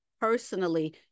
personally